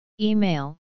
Email